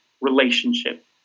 relationship